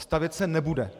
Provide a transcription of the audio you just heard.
Stavět se nebude.